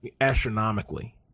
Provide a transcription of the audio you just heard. astronomically